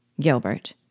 Gilbert